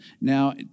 Now